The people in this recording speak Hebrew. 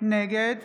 נגד